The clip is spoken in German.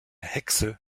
hexe